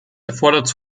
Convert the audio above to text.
erforderte